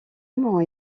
ont